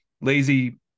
Lazy